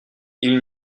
ils